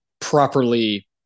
properly